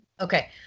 okay